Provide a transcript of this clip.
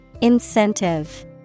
Incentive